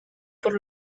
por